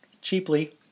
cheaply